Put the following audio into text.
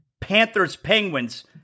Panthers-Penguins